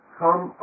come